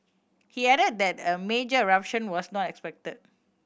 he added that a major eruption was not expected